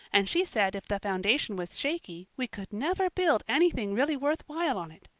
and she said if the foundation was shaky we could never build anything really worth while on it.